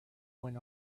went